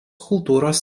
kultūros